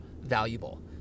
valuable